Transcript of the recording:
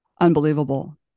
unbelievable